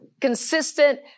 consistent